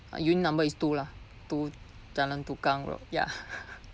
uh unit number is two lah two jalan tukang road ya